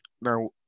Now